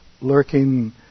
lurking